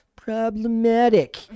Problematic